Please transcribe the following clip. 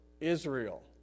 Israel